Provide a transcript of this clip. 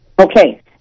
Okay